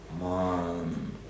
Man